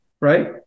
right